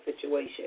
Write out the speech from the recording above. situation